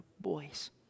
boys